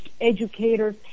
educators